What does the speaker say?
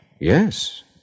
Yes